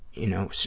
you know,